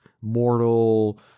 mortal